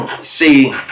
See